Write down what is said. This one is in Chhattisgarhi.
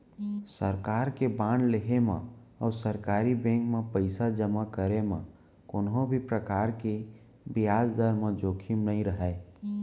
सरकार के बांड लेहे म अउ सरकारी बेंक म पइसा जमा करे म कोनों भी परकार के बियाज दर म जोखिम नइ रहय